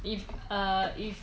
if err if